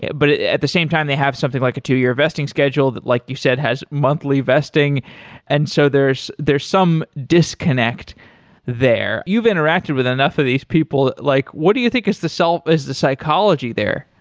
but at at the same time they have something like a two-year vesting schedule that like you said, has monthly vesting and so there's there's some disconnect there. you've interacted with enough of these people, like what do you think is the so is the psychology there?